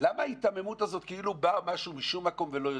למה ההיתממות כאילו בא משהו משום מקום ולא יודעים?